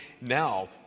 now